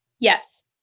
Yes